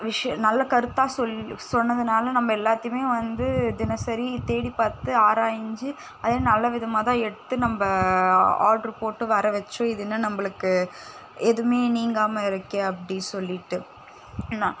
விஷய நல்ல கருத்தா சொல் சொன்னதனால நம்ம எல்லாத்தையுமே வந்து தினசரி தேடி பார்த்து ஆராய்ந்து அதே நல்ல விதமாக தான் எடுத்து நம்ம ஆ ஆட்ரு போட்டு வர வச்சோம் இது என்ன நம்மளுக்கு எதுமே நீங்காமல் இருக்கே அப்படி சொல்லிட்டு நான்